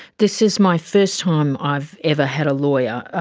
this is my first time i've ever had a lawyer,